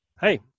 Hey